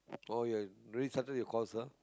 oh ya Saturday your course ah